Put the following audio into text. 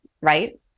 right